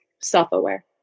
self-aware